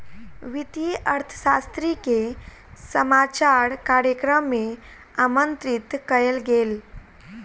वित्तीय अर्थशास्त्री के समाचार कार्यक्रम में आमंत्रित कयल गेल